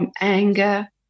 anger